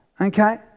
Okay